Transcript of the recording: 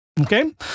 Okay